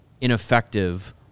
ineffective